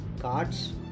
cards